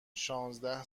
شانزده